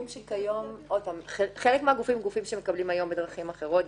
חלק מהגופים הם גופים שמקבלים היום בדרכים אחרות,